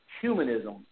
Humanism